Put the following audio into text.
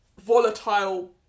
volatile